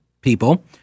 people